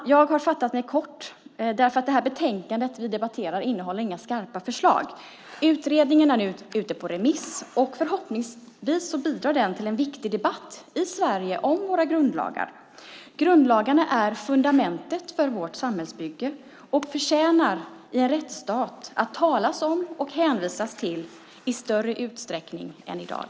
Jag har fattat mig kort, eftersom det betänkande vi debatterar inte innehåller några skarpa förslag. Utredningen är nu ute på remiss, och förhoppningsvis bidrar det till en viktig debatt i Sverige om våra grundlagar. Grundlagarna är fundamentet för vårt samhällsbygge och förtjänar i en rättsstat att talas om och hänvisas till i större utsträckning än i dag.